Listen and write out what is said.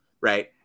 right